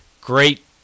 Great